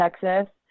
Texas